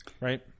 right